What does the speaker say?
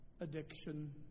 addiction